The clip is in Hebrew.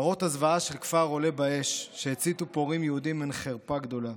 מראות הזוועה של כפר עולה באש שהציתו פורעים יהודים הן חרפה גדולה.